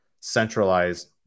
centralized